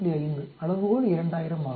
5 அளவுகோள் 2000 ஆகும்